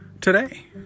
today